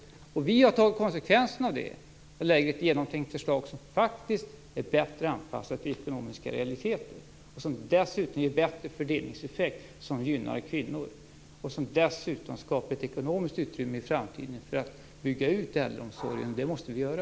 Vi i Miljöpartiet har dragit konsekvenserna av detta och lagt fram ett genomtänkt förslag som faktiskt är bättre anpassat till ekonomiska realiteter, och som dessutom ger bättre fördelningseffekt som gynnar kvinnor. Därutöver skapar det ett ekonomiskt utrymme i framtiden för att bygga ut äldreomsorgen, och det måste vi göra.